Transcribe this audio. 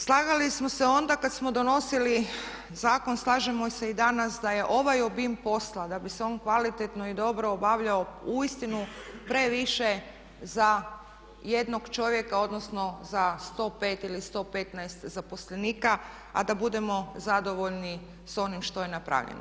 Slagali smo se onda kada smo donosili zakon, slažemo se i danas da je ovaj obim posla da bi se on kvalitetno i dobro obavljao uistinu previše za jednog čovjeka odnosno za 105 ili 115 zaposlenika a da budemo zadovoljni s onim što je napravljeno.